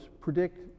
predict